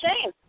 shame